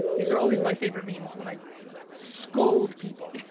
these are always my favorite memes when i scold people.